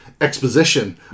exposition